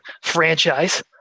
franchise